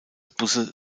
busse